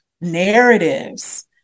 narratives